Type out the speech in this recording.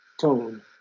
tone